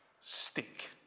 stick